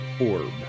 orb